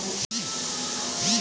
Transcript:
क्या आपको कठहल खाना पसंद है?